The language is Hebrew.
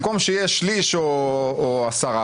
במקום שיהיה שליש או עשרה,